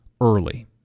early